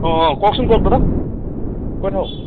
অঁ অঁ কওকচোন কওক দাদা কৈ থাকক